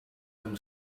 them